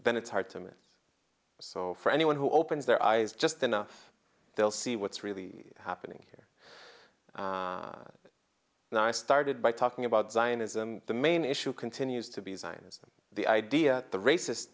then it's hard to miss so for anyone who opens their eyes just enough they'll see what's really happening here and i started by talking about zionism the main issue continues to be zionism the idea the racist